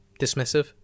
Dismissive